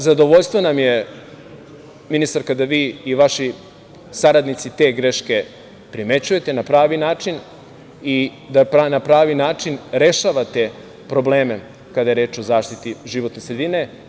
Zadovoljstvo nam je da vi, ministarka i vaši saradnici te greške primećujete na pravi način i da na pravi način rešavate probleme, kada je reč o zaštiti životne sredine.